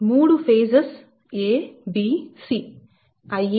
3 phases a b c